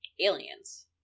aliens